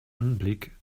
anblick